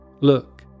Look